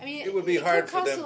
i mean it would be hard for them